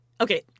Okay